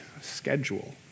schedule